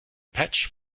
patch